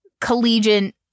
collegiate